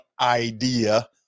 idea